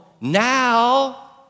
Now